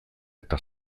eta